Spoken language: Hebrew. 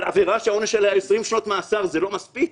אבל עבירה שהעונש עליה זה 20 שנות מאסר זה לא מספיק?